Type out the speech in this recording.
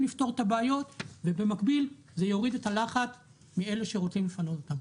לפתור את הבעיות ובמקביל זה יוריד את הלחץ מאלו שרוצים לפנות אותם.